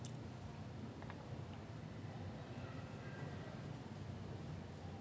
err after~ after my primary school my entire like academic life was based in teck whye